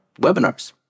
webinars